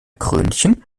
krönchen